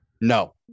No